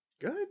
good